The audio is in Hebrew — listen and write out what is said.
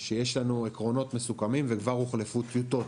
שיש לנו עקרונות מסוכמים וכבר הוחלפו טיוטות.